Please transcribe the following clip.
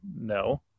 no